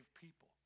people